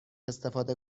استفاده